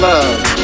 love